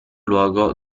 luogo